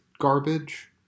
garbage